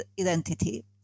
identity